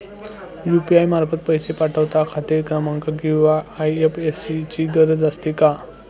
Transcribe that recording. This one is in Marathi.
यु.पी.आय मार्फत पैसे पाठवता खाते क्रमांक किंवा आय.एफ.एस.सी ची गरज असते का?